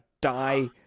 die